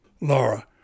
Laura